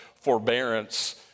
forbearance